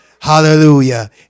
hallelujah